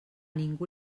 ningú